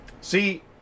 see